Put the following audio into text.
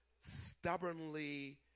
stubbornly